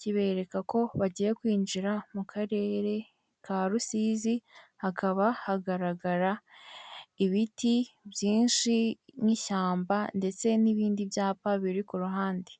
Kibereka ko bagiye kwinjira mu karere ka Rusizi, hakaba hagaragara ibiti byinshi nk'ishyamba ndetse n'ibindi byapa biri ku ruhande.